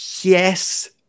yes